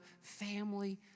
family